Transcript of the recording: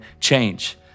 change